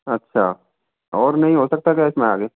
अच्छा और नहीं हो सकता क्या इसमें आगे